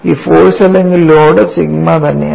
ഈ ഫോഴ്സ് അല്ലെങ്കിൽ load sigma തന്നെയാണ്